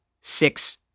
six